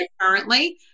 currently